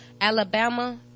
Alabama